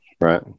right